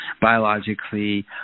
biologically